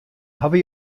hawwe